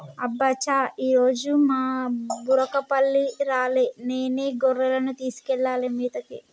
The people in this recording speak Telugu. అబ్బ చా ఈరోజు మా బుర్రకపల్లి రాలే నేనే గొర్రెలను తీసుకెళ్లాలి మేతకి